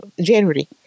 January